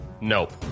Nope